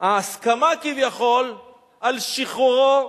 ההסכמה כביכול על שחרורו